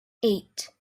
eight